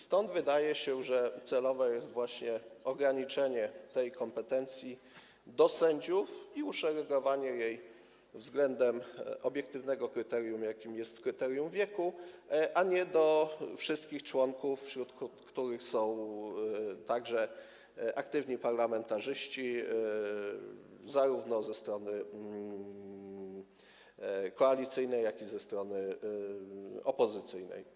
Stąd wydaje się, że celowe jest ograniczenie tej kompetencji do sędziów - i uszeregowanie jej względem obiektywnego kryterium, jakim jest kryterium wieku - a nie przyznanie jej wszystkim członkom, wśród których są także aktywni parlamentarzyści zarówno ze strony koalicyjnej, jak i ze strony opozycyjnej.